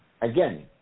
again